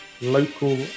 local